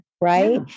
Right